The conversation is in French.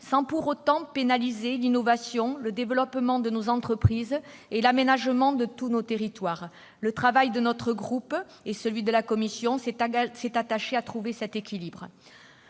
sans pour autant pénaliser l'innovation, le développement de nos entreprises et l'aménagement de tous nos territoires. Dans leur travail, notre groupe et la commission se sont attachés à trouver cet équilibre.